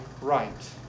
right